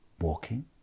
Walking